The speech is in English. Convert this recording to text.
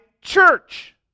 church